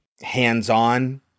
hands-on